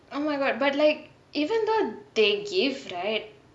oh my god but like even though they give right